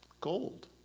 gold